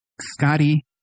Scotty